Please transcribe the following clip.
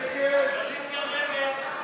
ההסתייגות (140)